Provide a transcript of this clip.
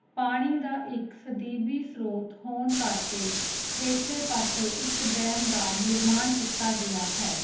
ਪਾਣੀ ਦਾ ਇੱਕ ਸਦੀਵੀ ਸਰੋਤ ਹੋਣ ਕਰਕੇ ਹੇਠਲੇ ਪਾਸੇ ਇੱਕ ਡੈਮ ਦਾ ਨਿਰਮਾਣ ਕੀਤਾ ਗਿਆ ਹੈ